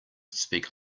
speak